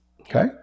Okay